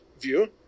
view